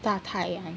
大太阳